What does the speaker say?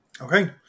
Okay